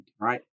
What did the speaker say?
right